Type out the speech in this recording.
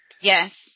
yes